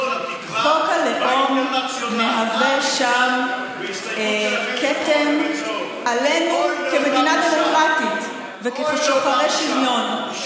חוק הלאום מהווה שם כתם עלינו כמדינה דמוקרטית וכשוחרי שוויון.